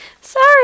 Sorry